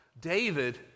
David